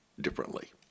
differently